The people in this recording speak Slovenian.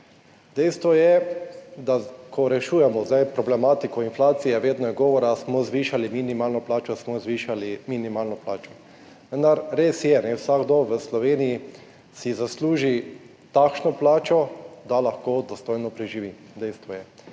Dejstvo je, ko rešujemo zdaj problematiko inflacije, vedno je govora, smo zvišali minimalno plačo, smo zvišali minimalno plačo, vendar je res, vsakdo v Sloveniji si zasluži takšno plačo, da lahko dostojno preživi. Dejstvo je.